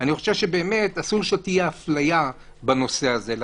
אסור שתהיה אפליה בנושא הזה.